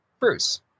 Bruce